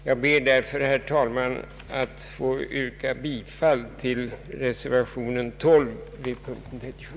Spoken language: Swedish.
Jag ber därför, herr talman, att få yrka bifall till reservationen vid punkten 37.